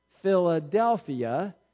Philadelphia